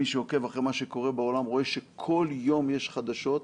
מי שעוקב אחרי מה שקורה בעולם רואה שכל יום יש חדשות,